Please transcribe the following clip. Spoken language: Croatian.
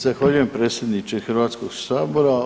Zahvaljujem, predsjedniče Hrvatskog sabora.